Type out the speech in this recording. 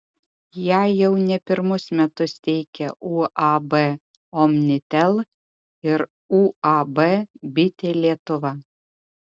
ją jau ne pirmus metus teikia uab omnitel ir uab bitė lietuva